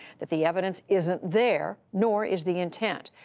that the evidence isn't there, nor is the intent.